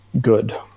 good